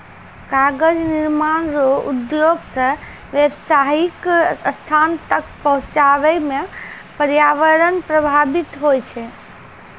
कागज निर्माण रो उद्योग से व्यावसायीक स्थान तक पहुचाबै मे प्रर्यावरण प्रभाबित होय छै